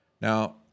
Now